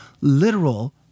literal